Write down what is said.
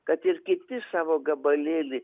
kad ir kiti savo gabalėlį